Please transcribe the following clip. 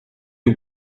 you